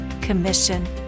commission